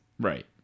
Right